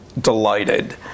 delighted